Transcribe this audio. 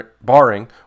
barring